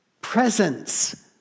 Presence